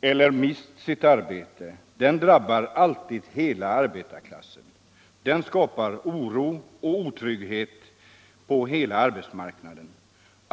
eller som har mist sitt arbete — den drabbar alltid hela arbetarklassen. Den skapar oro och otrygghet på hela arbetsmarknaden.